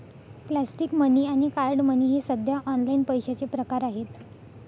plastic money आणि card money हे सध्या ऑनलाइन पैशाचे प्रकार आहेत